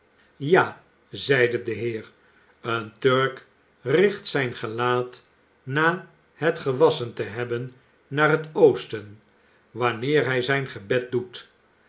ja zeide de heer een turk richt zijn gelaat na het gewasschen te hebben naar het oosten wanneer hij zijn gebed doet